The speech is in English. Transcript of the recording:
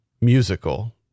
musical